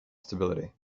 stability